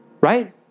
Right